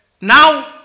now